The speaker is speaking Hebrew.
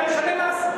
אתה משלם מס.